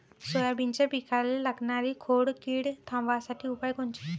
सोयाबीनच्या पिकाले लागनारी खोड किड थांबवासाठी उपाय कोनचे?